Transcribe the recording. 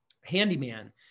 handyman